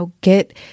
get